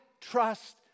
trust